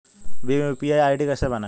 Bhim UPI ID कैसे बनाएं?